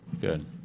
good